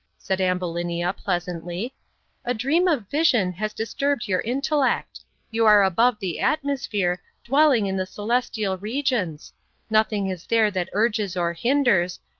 said ambulinia, pleasantly a dream of vision has disturbed your intellect you are above the atmosphere, dwelling in the celestial regions nothing is there that urges or hinders,